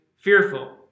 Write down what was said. fearful